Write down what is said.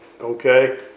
okay